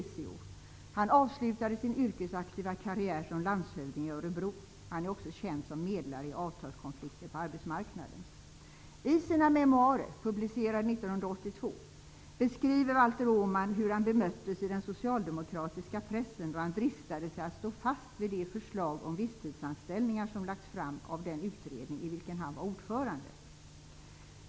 Valter Åman avslutade sin yrkesaktiva karriär som landshövding i Örebro. Han är också känd som medlare i avtalskonflikter på arbetsmarknaden. Valter Åman hur han bemöttes i den socialdemokratiska pressen då han dristade sig att stå fast vid det förslag om visstidsanställningar som lagts fram av den utredning i vilken han var ordförande.